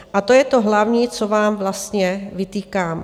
A to je to hlavní, co vám vlastně vytýkám.